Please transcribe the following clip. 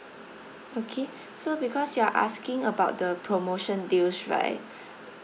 okay so because you are asking about the promotion deals right